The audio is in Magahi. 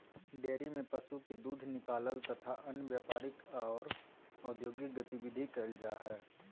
डेयरी में पशु के दूध निकालल तथा अन्य व्यापारिक आर औद्योगिक गतिविधि कईल जा हई